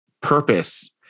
purpose